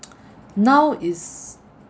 now it's